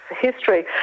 history